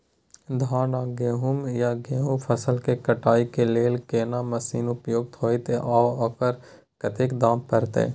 धान आ गहूम या गेहूं फसल के कटाई के लेल कोन मसीन उपयुक्त होतै आ ओकर कतेक दाम परतै?